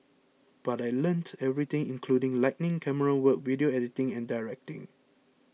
but I learnt everything including lighting camerawork video editing and directing